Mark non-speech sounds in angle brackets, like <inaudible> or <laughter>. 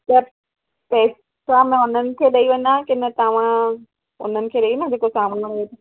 छा <unintelligible> न न हुननि खे ॾेई वञां की न तव्हां हुननि खे ॾेइ वञां जेको साम्हू आहे